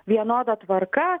vienoda tvarka